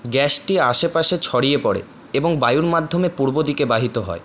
গ্যাসটি আশেপাশে ছড়িয়ে পড়ে এবং বায়ুর মাধ্যমে পূর্ব দিকে বাহিত হয়